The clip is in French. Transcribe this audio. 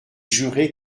jurer